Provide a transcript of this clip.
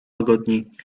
łagodniej